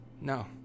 No